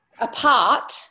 apart